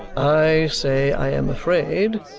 i say i am afraid,